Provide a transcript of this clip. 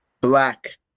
black